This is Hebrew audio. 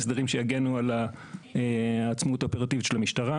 הסדרים שיגנו על העצמאות האופרטיבית של המשטרה.